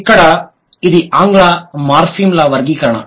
ఇక్కడ ఇది ఆంగ్ల మార్ఫిమ్ల వర్గీకరణ